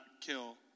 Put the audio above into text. kill